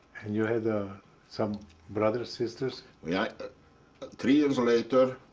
and you had ah some brothers, sisters? yeah three years later,